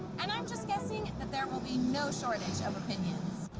and i'm just guessing that there will be no shortage of opinions.